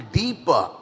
deeper